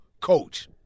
coach